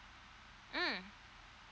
mm